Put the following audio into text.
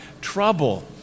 trouble